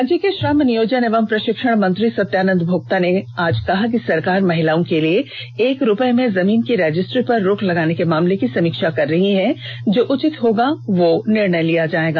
राज्य के श्रम नियोजन एवं प्रषिक्षण मंत्री सत्यानंद भोक्ता ने आज कहा कि सरकार महिलाओं के लिए एक रुपये में जमीन की रजिस्ट्री पर रोक लगाने के मामले की समीक्षा कर रही है जो उचित होगा वह निर्णय लिया जायेगा